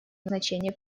назначение